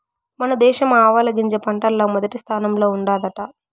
మన దేశం ఆవాలగింజ పంటల్ల మొదటి స్థానంలో ఉండాదట